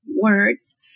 words